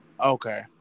Okay